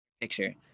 picture